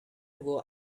will